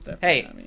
Hey